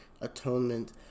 atonement